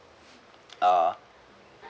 uh